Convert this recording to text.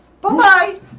bye-bye